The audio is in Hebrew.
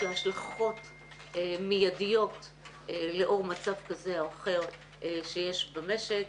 יש לה השלכות מיידיות לאור מצב כזה או אחר שיש במשק.